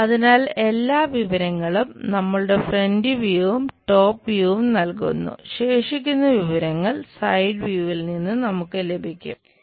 അതിനാൽ എല്ലാ വിവരങ്ങളും നമ്മളുടെ ഫ്രന്റ് വ്യുവും നിന്ന് നമുക്ക് ലഭിക്കും